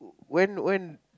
when when